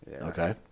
Okay